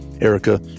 Erica